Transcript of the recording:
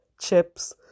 chips